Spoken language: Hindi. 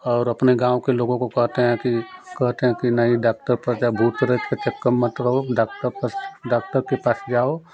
और अपने गाँव के लोगों को कहते हैं कि नहीं डॉक्टर के पास जाओ भूत प्रेत के चक्कर में मत रहो डॉक्टर पास डॉक्टर के पास जाओ